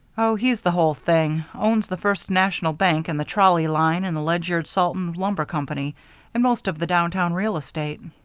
oh, he's the whole thing. owns the first national bank and the trolley line and the ledyard salt and lumber company and most of the downtown real estate.